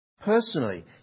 personally